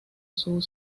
uso